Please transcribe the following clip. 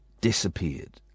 disappeared